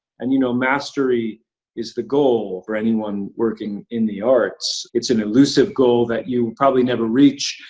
and, you know, mastery is the goal for anyone working in the arts. it's an elusive goal that you probably never reach,